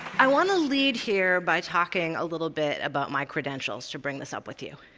i want to lead here by talking a little bit about my credentials to bring this up with you,